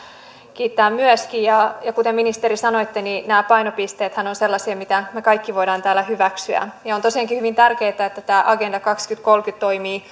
kiittää myöskin kuten ministeri sanoitte nämä painopisteethän ovat sellaisia mitkä me kaikki voimme täällä hyväksyä on tosiaankin hyvin tärkeätä että tämä agenda kaksituhattakolmekymmentä toimii